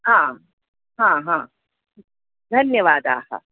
हाँम् हाँ हाँ धन्यवादाः